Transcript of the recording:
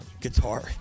guitar